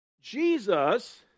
Jesus